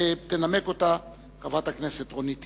שתנמק חברת הכנסת רונית תירוש.